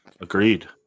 Agreed